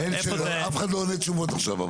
אבל אף אחד לא עונה תשובות עכשיו.